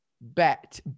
Bet